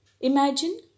imagine